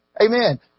Amen